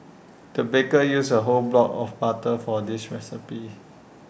the baker used A whole block of butter for this recipe